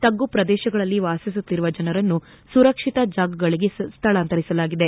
ತಗ್ಗು ಪ್ರದೇಶಗಳಲ್ಲಿ ವಾಸಿಸುತ್ತಿರುವ ಜನರನ್ನು ಸುರಕ್ಷಿತ ಜಾಗಗಳಿಗೆ ಸ್ಥಳಾಂತರಿಸಲಾಗಿದೆ